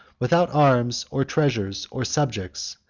without arms, or treasures, or subjects,